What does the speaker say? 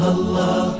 Allah